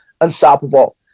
unstoppable